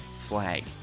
flag